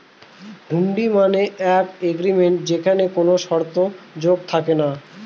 হুন্ডি মানে এক এগ্রিমেন্ট যেখানে কোনো শর্ত যোগ থাকে না